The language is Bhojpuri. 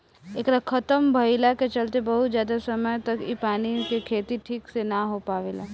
एकरा खतम भईला के चलते बहुत ज्यादा समय तक इ पानी मे के खेती ठीक से ना हो पावेला